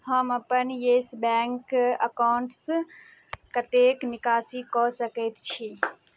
हम अपन Yes Bank accounts कतेक निकासी कऽ सकै छी